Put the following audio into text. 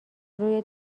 روی